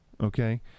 Okay